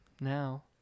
now